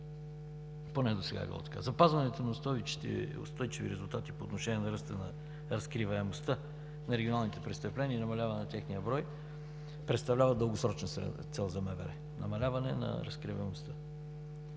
поне досега е било така. Запазването на устойчиви резултати по отношение на ръста на разкриваемостта на регионалните престъпления и намаляване на техния брой представлява дългосрочна цел за МВР – увеличаване на разкриваемостта